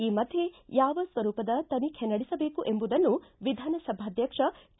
ಈ ಮಧ್ಯೆ ಯಾವ ಸ್ವರೂಪದ ತನಿಖೆ ನಡೆಸಬೇಕು ಎಂಬುದನ್ನು ವಿಧಾನಸಭಾಧ್ಯಕ್ಷ ಕೆ